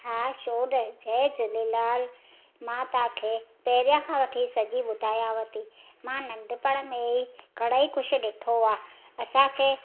हा छो न जय झूलेलाल मां तव्हांखे पहिरियों खां वठी सॼी ॿुधायांव थी मां नंढिपण में ई घणा ई कुझु ॾिठो आहे असांखे